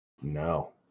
No